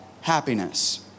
happiness